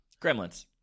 Gremlins